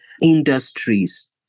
industries